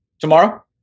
tomorrow